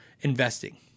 investing